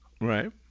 Right